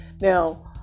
Now